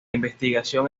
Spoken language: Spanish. investigación